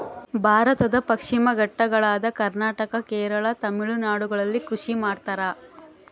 ಭಾರತದ ಪಶ್ಚಿಮ ಘಟ್ಟಗಳಾದ ಕರ್ನಾಟಕ, ಕೇರಳ, ತಮಿಳುನಾಡುಗಳಲ್ಲಿ ಕೃಷಿ ಮಾಡ್ತಾರ?